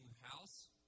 house